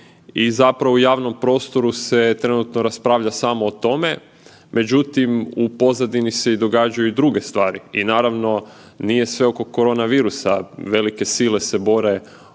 i zapravo u javnom prostoru se trenutno raspravlja samo o tome, međutim u pozadini se događaju i druge stvari i naravno nije sve oko korona virusa. Velike sile se bore oko